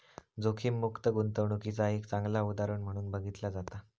जोखीममुक्त गुंतवणूकीचा एक चांगला उदाहरण म्हणून बघितला जाता